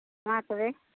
ᱢᱟ ᱛᱚᱵᱮ